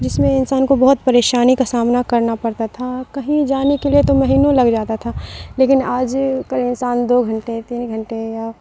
جس میں انسان کو بہت پریشانی کا سامنا کرنا پڑتا تھا کہیں جانے کے لیے تو مہینوں لگ جاتا تھا لیکن آج کل انسان دو گھنٹے تین گھنٹے یا